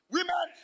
Women